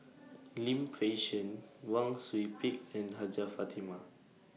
Lim Fei Shen Wang Sui Pick and Hajjah Fatimah